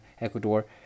Ecuador